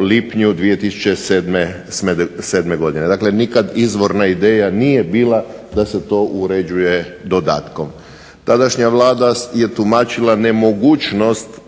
lipnju 2007. godine. Dakle, nikad izvorna ideja nije bila da se to uređuje dodatkom. Tadašnja vlada je tumačila nemogućnost